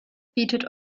bietet